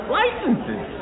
licenses